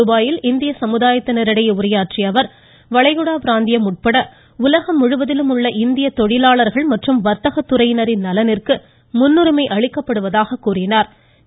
துபாயில் இந்திய சமுதாயத்தினரிடையே பேசிய அவர் வளைகுடா பிராந்தியம் உட்பட உலகம் முழுவதிலும் உள்ள இந்திய தொழிலாளர்கள் மற்றும் வர்த்தக துறையினரின் நலனிற்கு முன்னுரிமை அளிக்கப்பட்டு வருவதாகவும் குறிப்பிட்டா்